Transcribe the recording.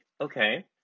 okay